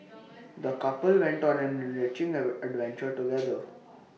the couple went on an enriching Ad adventure together